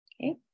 Okay